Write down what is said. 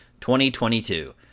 2022